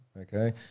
Okay